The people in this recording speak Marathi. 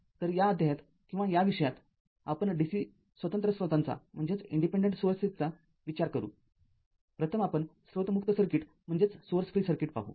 तर या अध्यायात किंवा या विषयात आपण dc स्वतंत्र स्त्रोतांचा विचार करूप्रथम आपण स्त्रोत मुक्त सर्किट पाहू